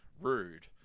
rude